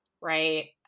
Right